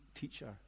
teacher